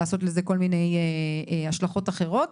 לגרום לכל מיני השלכות אחרות.